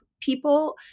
people